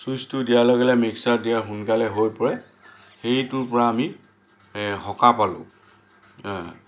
চুইচটো দিয়া লগে লগে মিক্সাৰত দিয়া সোনকালে হৈ পৰে সেইটোৰপৰা আমি সকাহ পালোঁ